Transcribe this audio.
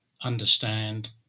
understand